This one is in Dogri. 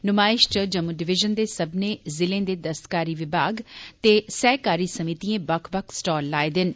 नुमायश च जम्मू डिविजन दे सब्मनें ज़िले दे दस्तकारी विमाग ते सहकारी समीतिएं बक्ख बक्ख स्टाल लाए दे न